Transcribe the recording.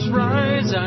rise